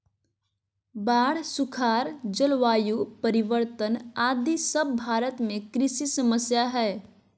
बाढ़, सुखाड़, जलवायु परिवर्तन आदि सब भारत में कृषि समस्या हय